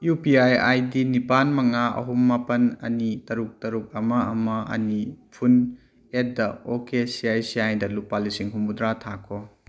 U P I I D ꯅꯤꯄꯥꯟ ꯃꯉꯥ ꯑꯍꯨꯝ ꯃꯥꯄꯟ ꯑꯅꯤ ꯇꯔꯨꯛ ꯇꯔꯨꯛ ꯑꯃ ꯑꯃ ꯑꯅꯤ ꯐꯨꯟ ꯑꯦꯠ ꯗ ꯑꯣꯀꯦ ꯁꯤ ꯑꯥꯏ ꯁꯤ ꯑꯥꯏꯗ ꯂꯨꯄꯥ ꯂꯤꯁꯤꯡ ꯍꯨꯝꯐꯨꯗ꯭ꯔꯥ ꯊꯥꯈꯣ